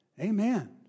Amen